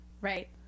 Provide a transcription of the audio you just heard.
right